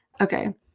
okay